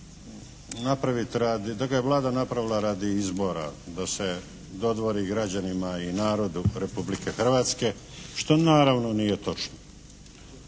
da ga je Vlada napravila radi izbora da se dodvori građanima i narodu Republike Hrvatske što naravno nije točno.